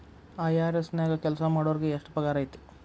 IRS ನ್ಯಾಗ್ ಕೆಲ್ಸಾಮಾಡೊರಿಗೆ ಎಷ್ಟ್ ಪಗಾರ್ ಐತಿ?